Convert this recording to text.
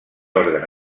òrgan